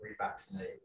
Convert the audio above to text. revaccinate